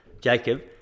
Jacob